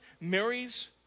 marries